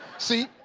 see,